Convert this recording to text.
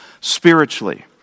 spiritually